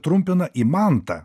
trumpina į mantą